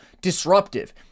disruptive